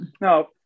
No